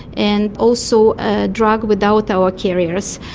and also a drug without our carriers,